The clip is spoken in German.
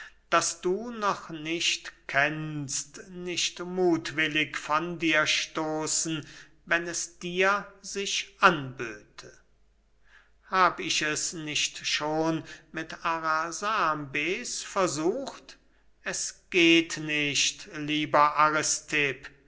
das du noch nicht kennst nicht muthwillig von dir stoßen wenn es dir sich anböte hab ich es nicht schon mit arasambes versucht es geht nicht lieber